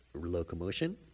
locomotion